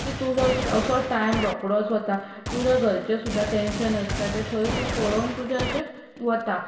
की तुजो असो टायम रोखडोच वता घरचें सुद्दां टॅन्शन आसता तें पळोवन तुजें अशें वता